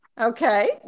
Okay